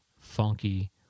funky